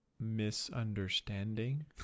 misunderstanding